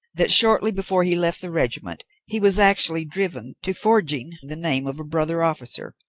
that shortly before he left the regiment he was actually driven to forging the name of a brother officer,